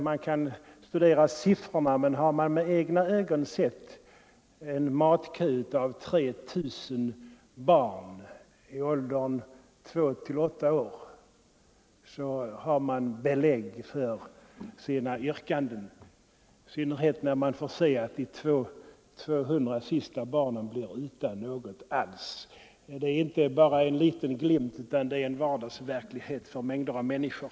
Man kan studera siffror som belyser detta, men har man med egna ögon sett en matkö med 3 000 barn i åldern 2-8 år så har man belägg för sina yrkanden, i synnerhet som man också kan få bevittna hur de 200 barn som står sist i kön blir helt utan mat. Detta är inte bara en liten glimt av förhållandena i området, det utgör en vardagsverklighet för mängder av människor.